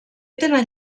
tenen